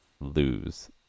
lose